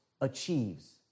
achieves